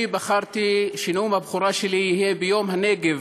אני בחרתי שנאום הבכורה שלי יהיה ביום הנגב,